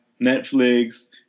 Netflix